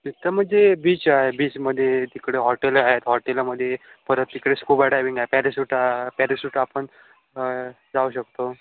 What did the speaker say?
तिथं म्हणजे बीच आहे बीचमध्ये तिकडे हॉटेलं आहेत हॉटेलमध्ये परत तिकडे स्कूबा डायविंग आहे पॅरेसूट पॅरेसूट आपण जाऊ शकतो